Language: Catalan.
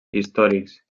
històrics